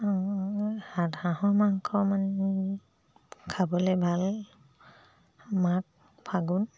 হাঁহ হাঁহৰ মাংস মানে খাবলৈ ভাল মাঘ ফাগুণ